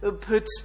put